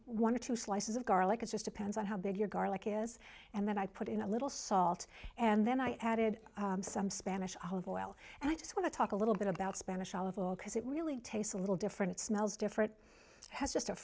one or two slices of garlic it just depends on how big your garlic is and then i put in a little salt and then i added some spanish olive oil and i just want to talk a little bit about spanish olive oil because it really tastes a little different it smells different has just a